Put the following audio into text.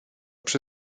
przy